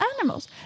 animals